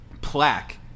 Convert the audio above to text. plaque